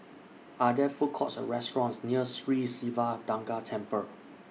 Are There Food Courts Or restaurants near Sri Siva Durga Temple